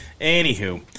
anywho